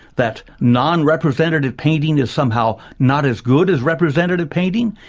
that non-representative painting is somehow not as good as representative painting?